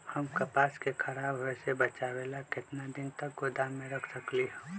हम कपास के खराब होए से बचाबे ला कितना दिन तक गोदाम में रख सकली ह?